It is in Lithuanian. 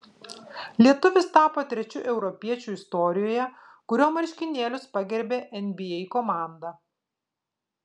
lietuvis tapo trečiu europiečiu istorijoje kurio marškinėlius pagerbė nba komanda